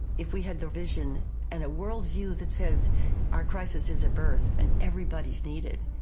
if we had the vision and a worldview that says our crisis is a birth and everybody is needed,